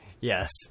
Yes